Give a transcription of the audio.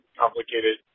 complicated